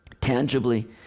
tangibly